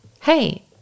hey